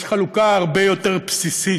יש חלוקה הרבה יותר בסיסית,